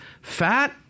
fat